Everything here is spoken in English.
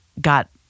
got